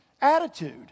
attitude